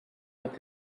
with